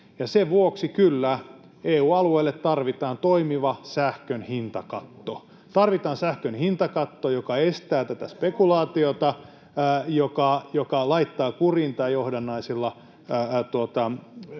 ja sen vuoksi, kyllä, EU-alueelle tarvitaan toimiva sähkön hintakatto. Tarvitaan sähkön hintakatto, joka estää spekulaatiota ja joka laittaa kuriin tämän ikään